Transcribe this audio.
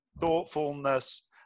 thoughtfulness